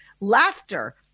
laughter